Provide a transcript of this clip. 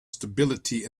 stability